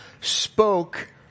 spoke